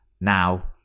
Now